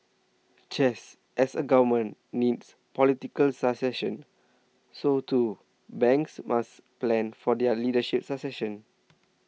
just as a Government needs political succession so too banks must plan for their leadership succession